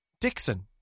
Dixon